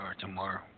tomorrow